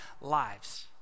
lives